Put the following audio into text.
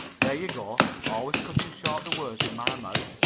there you go! always cutting short the words in my mouth.